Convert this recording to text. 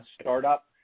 startup